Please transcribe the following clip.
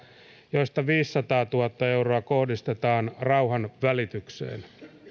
joista viisisataatuhatta euroa kohdistetaan rauhanvälitykseen